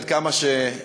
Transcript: עד כמה שתתפלא,